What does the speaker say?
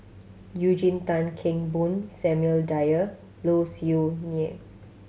Eugene Tan Kheng Boon Samuel Dyer Low Siew Nghee